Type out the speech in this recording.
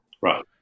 Right